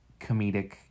comedic